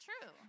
true